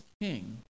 king